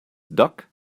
duck